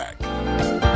back